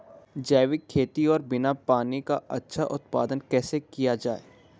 जैविक खेती और बिना पानी का अच्छा उत्पादन कैसे किया जाए?